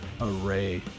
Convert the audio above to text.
array